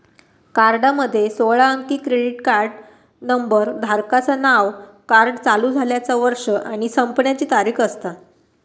कार्डामध्ये सोळा अंकी क्रेडिट कार्ड नंबर, धारकाचा नाव, कार्ड चालू झाल्याचा वर्ष आणि संपण्याची तारीख असता